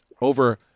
over